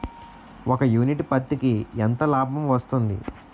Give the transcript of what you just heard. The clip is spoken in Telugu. ఒక యూనిట్ పత్తికి ఎంత లాభం వస్తుంది?